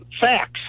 facts